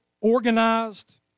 organized